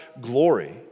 glory